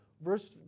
Verse